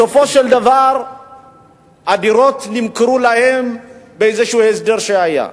בסופו של דבר הדירות נמכרו להם בהסדר כלשהו שהיה.